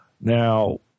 Now